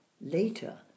later